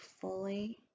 fully